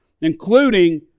including